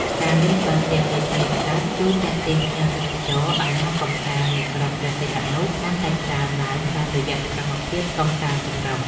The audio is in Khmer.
ការលេងបាល់ទះលើឆ្នេរខ្សាច់ជួយទាក់ទាញភ្ញៀវទេសចរឱ្យមកកម្សាន្តនៅក្រុងព្រះសីហនុកាន់តែច្រើនឡើងតាមរយៈសកម្មភាពកម្សាន្តចម្រុះ។